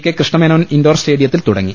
K Krishna Menon indoor സ്റ്റേഡിയ ത്തിൽ തുടങ്ങി